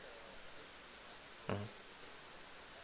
mmhmm